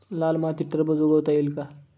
लाल मातीत टरबूज उगवता येईल का?